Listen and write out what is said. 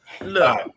Look